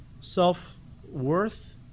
self-worth